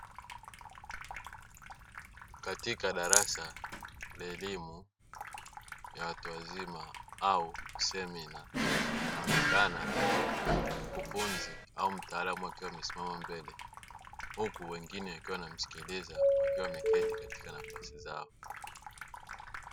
Katika darasa la elimu ya watu wazima au semina, anaonekana mkufunzi au mtaalamu amesimama mbele huku wengine wakiwa wanamsikiliza wakiwa wameketi katika nafasi zao.